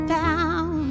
down